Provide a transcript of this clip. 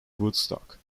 woodstock